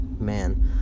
man